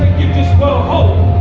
give this world hope